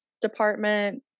Department